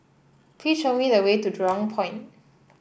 please show me the way to Jurong Point